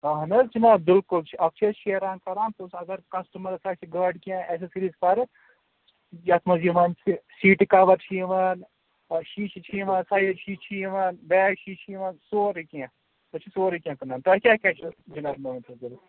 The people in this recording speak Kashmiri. اہن حظ جناب بلکُل اکھ چھِ أسۍ شیران کَران بیٚیہِ چھِ اگر کَسٹَمَرَس آسہِ گاڑِ کینٛہہ اسیٚسَریٖز پَرٕ یتھ مَنٛز یِوان چھِ سیٖٹہٕ کَوَر چھِ یِوان شیٖشہ چھِ یِوان سایڈ شیٖشہ چھِ یِوان بیک شیٖشہ چھ یِوان سورُے کینٛہہ أسۍ چھِ سورُے کینٛہہ کٕنان تۄہہِ کیاہ کیاہ جناب ضوٚرتھ